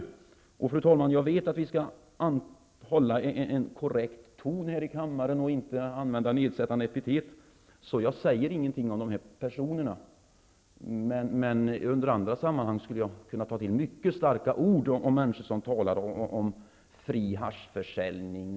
Jag vet, fru talman, att vi här i kammaren skall hålla en korrekt ton och inte använda nedsättande epitet, så jag säger ingenting om dessa personer, men under andra förhållanden skulle jag kunna ta till mycket starka ord om människor som talar om exempelvis fri haschförsäljning.